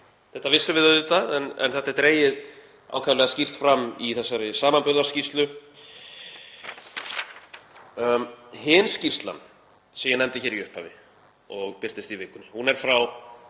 Þetta vissum við auðvitað en þetta er dregið ákaflega skýrt fram í þessari samanburðarskýrslu. Hin skýrslan sem ég nefndi í upphafi og birtist í vikunni er frá